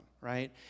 right